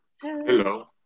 Hello